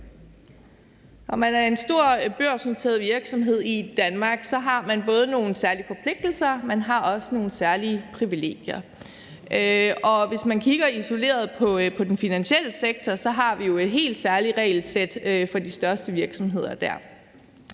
Når man er en stor børsnoteret virksomhed i Danmark, har man både nogle særlige forpligtelser; man har også nogle særlige privilegier. Hvis man kigger isoleret på den finansielle sektor, har vi jo et helt særlig regelsæt for de største virksomheder dér.